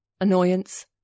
annoyance